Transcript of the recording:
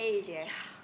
ya